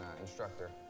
instructor